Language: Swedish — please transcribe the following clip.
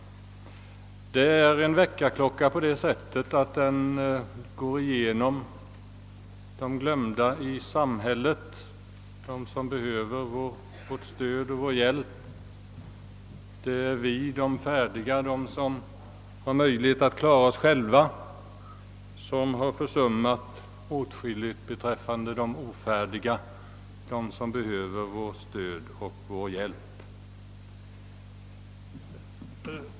Boken är en väckarklocka på det sättet att den går igenom de glömda i samhället, de som behöver vårt stöd och vår hjälp. Det är vi, de färdiga, de som har möjlighet att klara sig själva, som har försummat åtskilligt beträffande de ofärdiga, de som behöver vårt stöd och vår hjälp.